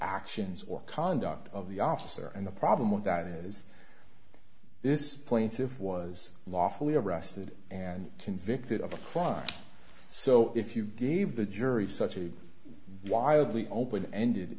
actions or conduct of the officer and the problem with that is this plaintive was lawfully arrested and convicted of a crime so if you gave the jury such a wildly open ended